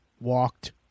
walked